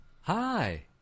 Hi